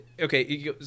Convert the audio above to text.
okay